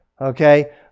Okay